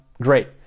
Great